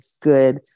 good